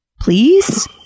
Please